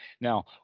Now